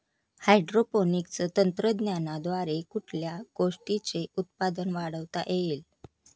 Hydroponics तंत्रज्ञानाद्वारे कुठल्या गोष्टीचे उत्पादन वाढवता येईल?